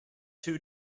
two